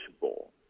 bowl